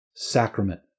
sacrament